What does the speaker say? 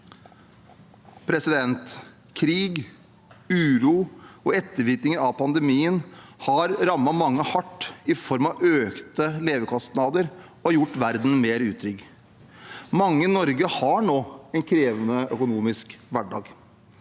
liv. Krig, uro og ettervirkninger av pandemien har rammet mange hardt i form av økte levekostnader og gjort verden mer utrygg. Mange i Norge har nå en krevende økonomisk hverdag.